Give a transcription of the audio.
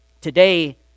today